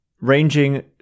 ranging